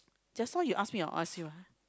just now you ask me or I ask you ah